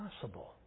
possible